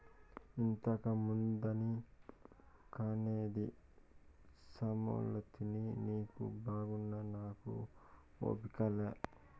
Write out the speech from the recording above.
ఇంకెంతమందిని కనేది సామలతిని నీకు బాగున్నా నాకు ఓపిక లా